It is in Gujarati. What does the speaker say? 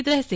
ત રહેશે